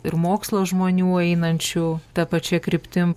ir mokslo žmonių einančių ta pačia kryptim